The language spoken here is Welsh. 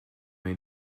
ein